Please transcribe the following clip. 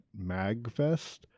MAGFest